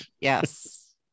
Yes